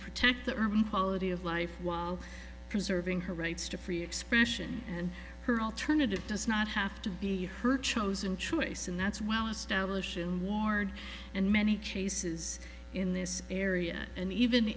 protect the early polity of life while preserving her rights to free expression and her alternative does not have to be her chosen choice and that's well established in ward and many cases in this area and even